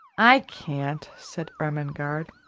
i can't, said ermengarde.